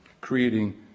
creating